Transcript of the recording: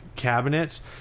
cabinets